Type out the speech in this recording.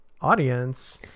audience